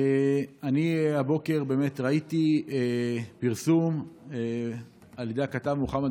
אני הבוקר באמת ראיתי פרסום על ידי הכתב מוחמד